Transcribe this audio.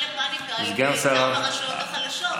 ההכנסה לפניקה היא בעיקר ברשויות החלשות.